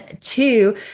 two